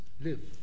live